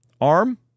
arm